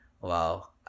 Wow